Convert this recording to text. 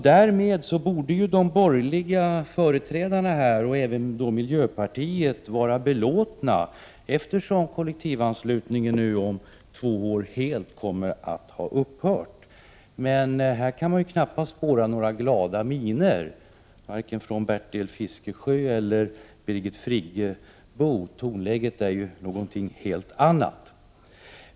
Därmed borde företrädarna för de borgerliga partierna och även för miljöpartiet vara belåtna, eftersom kollektivanslutningen nu om två år helt kommer att ha upphört. Men här kan man knappast spåra några glada miner, varken från Bertil Fiskesjö eller från Birgit Friggebo. Tonläget är ett helt annat.